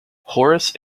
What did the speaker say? horace